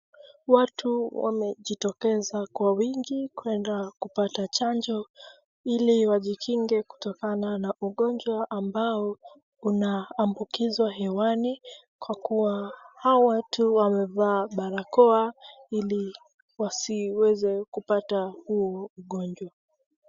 Watu wamejitokeza kwa wingi kuenda kupata chanjo ili wajikinge kutokana na ugonjwa ambao unaambukizwa hewani, kwa kuwa hawa watu wamevaa barakoa ili wasiweze kupata huo ugonjwa.